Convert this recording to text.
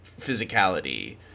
physicality